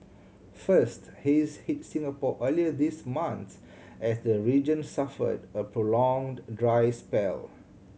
first haze hit Singapore earlier this month as the region suffered a prolonged dry spell